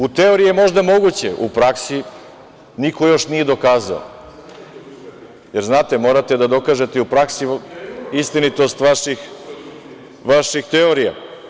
U teoriji je možda moguće, u praksi niko još nije dokazao, jer, znate, morate da dokažete i u praksi istinitost vaših teorija.